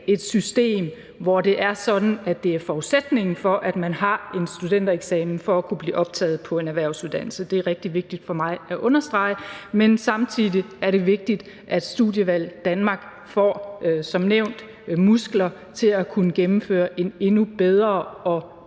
et system, hvor det er sådan, at det er forudsætningen for at kunne blive optaget på en erhvervsuddannelse, at man har en studentereksamen – det er rigtig vigtigt for mig at understrege. Men samtidig er det vigtigt, at Studievalg Danmark som nævnt får muskler til at gennemføre en endnu bedre og